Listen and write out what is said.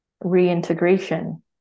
reintegration